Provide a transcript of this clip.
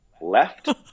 left